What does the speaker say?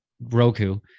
Roku